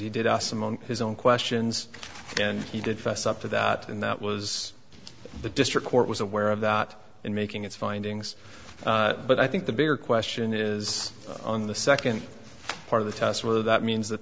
he did us among his own questions and he did fess up to that and that was the district court was aware of that in making its findings but i think the bigger question is on the second part of the test whether that means that